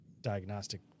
diagnostic